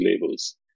labels